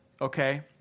okay